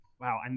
wow